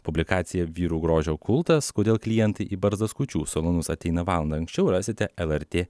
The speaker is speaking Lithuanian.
publikacija vyrų grožio kultas kodėl klientai į barzdaskučių salonus ateina valanda anksčiau rasite lrt